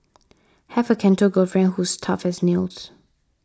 have a Canto girlfriend who's tough as nails